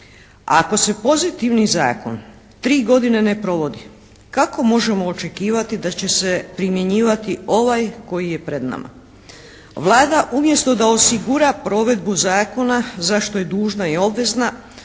Ako se pozitivni zakon tri godine ne provodi, kako možemo očekivati da će se primjenjivati ovaj koji je pred nama? Vlada umjesto da osigura provedbu zakona za što je dužna i obvezna,